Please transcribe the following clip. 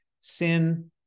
Sin